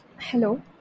Hello